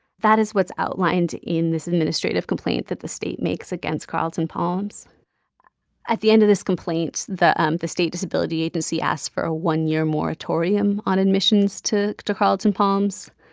that is what's outlined in this administrative complaint that the state makes against carlton palms at the end of this complaint, the um the state disability agency asked for a one-year moratorium on admissions to to carlton palms,